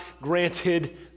granted